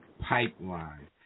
pipeline